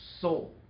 soul